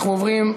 אנחנו עוברים,